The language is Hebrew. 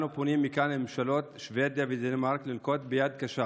אני פונה מכאן לממשלות שבדיה ודנמרק לנקוט יד קשה